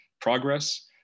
progress